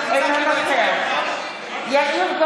אינה נוכחת אסף זמיר,